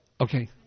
Okay